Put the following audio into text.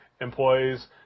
employees